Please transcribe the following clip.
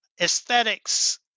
aesthetics